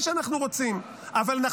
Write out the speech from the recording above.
יש לי שאלה אליך, חבר הכנסת מאיר כהן.